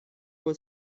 was